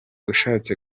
ushatse